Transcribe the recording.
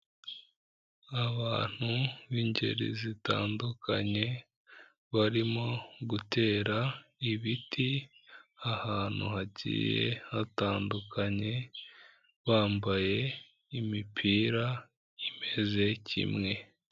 Abantu b'ingeri zitandukanye barimo gutera ibiti ahantu hagiye hatandukanye, bambaye imipira imeze kimwe.